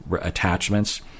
attachments